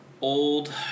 old